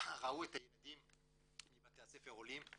ראו את הילדים מבתי הספר עולים,